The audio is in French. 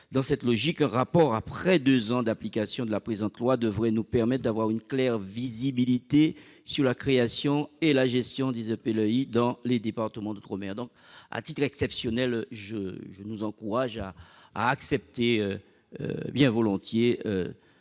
Dans cette logique, un rapport, après deux ans d'application de la présente loi, devrait nous permettre d'avoir une bonne visibilité sur la création et la gestion des EPLEI dans les outre-mer. Mes chers collègues, à titre exceptionnel, je vous encourage à adopter cet